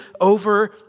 over